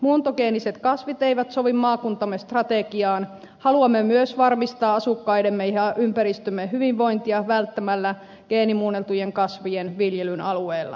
muuntogeeniset kasvit eivät sovi maakuntamme strategiaan ja haluamme myös varmistaa asukkaidemme ja ympäristömme hyvinvointia välttämällä geenimuunneltujen kasvien viljelyn alueellamme